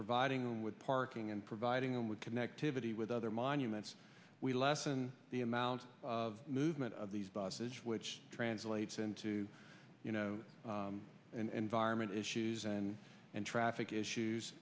providing them with parking and providing them with connectivity with other monuments we lessen the amount of movement of these buses which translates into you know and vironment issues and and traffic issues